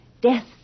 death